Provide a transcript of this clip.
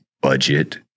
budget